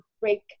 break